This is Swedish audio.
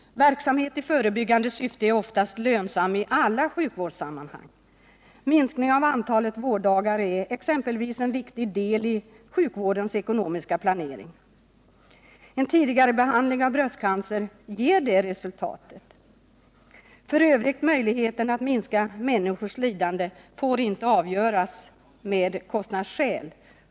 Verksamhet i förebyggande syfte är oftast lönsam i alla sjukvårdssammanhang. Minskning av antalet vårddagar är exempelvis en viktig del i sjukvårdens ekonomiska planering. En tidigare behandling av bröstcancer ger det resultatet. F. ö. får inte möjligheten att minska människors lidande avgöras med kostnadsskäl.